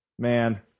Man